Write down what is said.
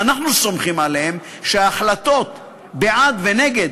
אנחנו סומכים עליהם שהחלטות בעד ונגד